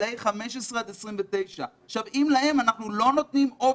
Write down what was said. גילאי 15-29. אם להם אנחנו לא נותנים אופק,